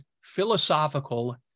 philosophical